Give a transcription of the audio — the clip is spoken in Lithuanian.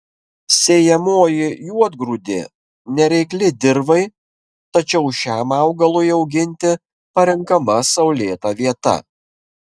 sėjamoji juodgrūdė nereikli dirvai tačiau šiam augalui auginti parenkama saulėta vieta